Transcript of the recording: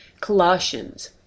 Colossians